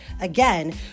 Again